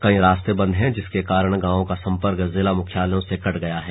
कई रास्ते बंद हैं जिसके कारण गांवों का संपर्क जिला मुख्यालयों से कट गया है